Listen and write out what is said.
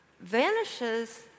vanishes